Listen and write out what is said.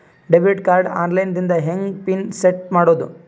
Debit card online ದಿಂದ ಹೆಂಗ್ pin set ಮಾಡೋದು?